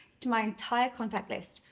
to my entire contact list,